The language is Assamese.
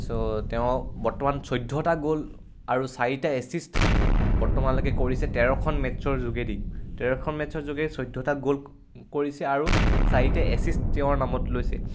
চ' তেওঁ বৰ্তমান চৈধ্যটা গ'ল আৰু চাৰিটা এছিষ্ট বৰ্তমানলৈকে কৰিছে তেৰখন মেটছৰ যোগেদি তেৰখন মেটছৰ যোগে চৈধ্যটা গ'ল কৰিছে আৰু চাৰিটা এচিষ্ট তেওঁৰ নামত লৈছে